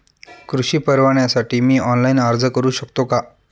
कृषी परवान्यासाठी मी ऑनलाइन अर्ज करू शकतो का?